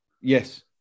Yes